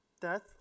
Death